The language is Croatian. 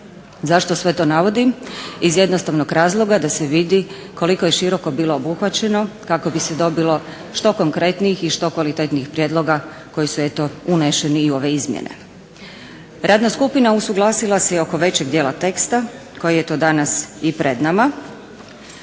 Zašto sve to navodim, iz jednostavnog razloga da se vidi koliko je široko bilo obuhvaćeno kako bi se dobili što konkretnijih i što kvalitetnijih prijedloga koji su eto uneseni i u ove izmjene. Radna skupina usuglasila se i oko većeg dijela teksta koji je eto danas i pred nama.